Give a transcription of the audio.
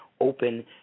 open